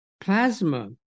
plasma